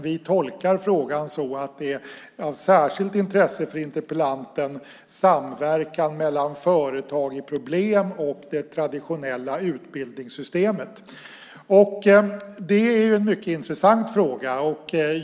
Vi tolkade dock frågan så att samverkan mellan företag i problem och det traditionella utbildningssystemet var av särskilt intresse för interpellanten. Det är en mycket intressant fråga.